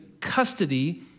custody